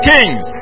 Kings